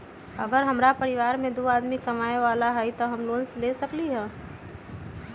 अगर हमरा परिवार में दो आदमी कमाये वाला है त हम लोन ले सकेली की न?